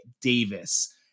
Davis